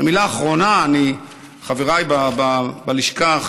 המילה האחרונה: חבריי בלשכה,